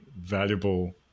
valuable